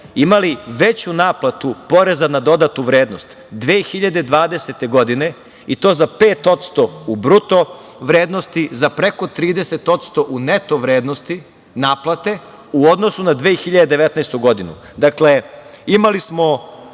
imali veću naplatu poreza na dodatu vrednost 2020. godine, i to za 5% u bruto vrednosti, za preko 30% u neto vrednosti naplate u odnosu na 2019. godinu. Dakle, imali smo